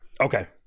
Okay